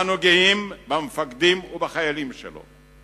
אנו גאים במפקדים ובחיילים שלו.